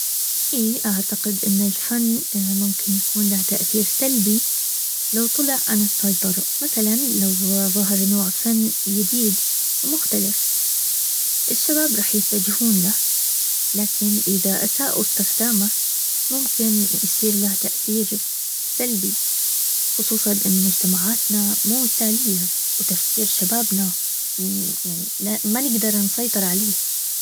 ايه اعتقد ان الفن ممكن يكون له تأثير سلبي. لو طلع عن السيطرة. مثلا لو ظهر نوع فن يديد ومختلف. الشباب رح يتجهون له. لكن اذا اساؤوا استخدامه ممكن يصير له تأثير سلبي خصوصا ان مجتمعاتنا مو مثالية وتفكير شبابنا يعني ما نقدر نسيطر عليه